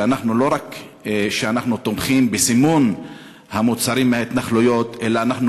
ולא רק שאנחנו תומכים בסימון המוצרים מההתנחלויות אלא אנחנו